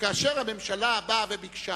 שכאשר הממשלה באה וביקשה